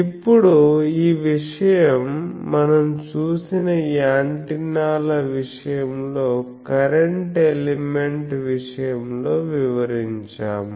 ఇప్పుడు ఈ విషయం మనం చూసిన యాంటెన్నాల విషయంలో కరెంట్ ఎలిమెంట్ విషయంలో వివరించాము